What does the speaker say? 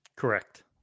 Correct